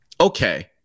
Okay